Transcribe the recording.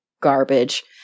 garbage